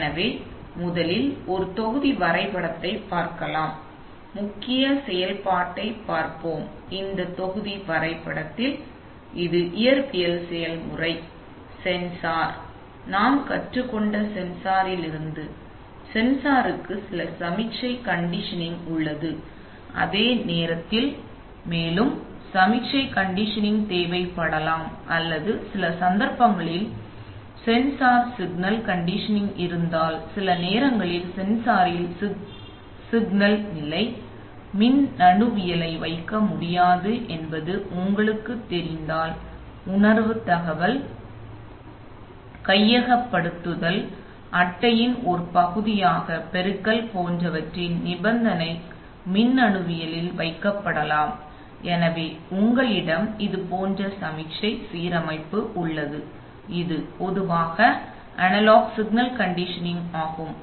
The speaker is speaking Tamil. எனவே முதலில் ஒரு தொகுதி வரைபடத்தைப் பார்ப்போம் முக்கிய செயல்பாட்டைப் பார்ப்போம் இந்த தொகுதி வரைபடத்தில் இது இயற்பியல் செயல்முறை இது சென்சார் இப்போது நாம் கற்றுக்கொண்ட சென்சாரிலிருந்து சென்சாருக்கு சில சமிக்ஞை கண்டிஷனிங் உள்ளது ஆனால் அதே நேரத்தில் மேலும் சமிக்ஞை கண்டிஷனிங் தேவைப்படலாம் அல்லது சில சந்தர்ப்பங்களில் சென்சார் சிக்னல் கண்டிஷனிங் இருந்தால் சில நேரங்களில் சென்சாரில் சிக்னல் நிலை மினனணுவியலை வைக்க முடியாது என்பது உங்களுக்குத் தெரிந்தால் உணர்வு தகவல் கையகப்படுத்தல் அட்டையின் ஒரு பகுதியாக பெருக்கல் போன்றவற்றின் நிபந்தனை மின்னணுவியல் வைக்கப்படலாம் எனவே உங்களிடம் இது போன்ற சமிக்ஞை சீரமைப்பு உள்ளது இது பொதுவாக அனலாக் சிக்னல் கண்டிஷனிங் ஆகும்